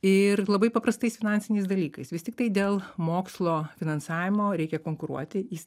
ir labai paprastais finansiniais dalykais vis tiktai dėl mokslo finansavimo reikia konkuruoti jis